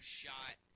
shot